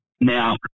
Now